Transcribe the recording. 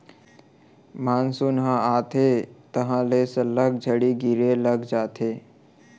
monsoon ह आथे तहॉं ले सल्लग झड़ी गिरे लग जाथे